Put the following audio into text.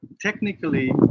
technically